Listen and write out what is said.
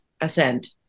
ascend